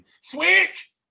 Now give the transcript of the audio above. switch